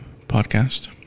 Podcast